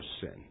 sin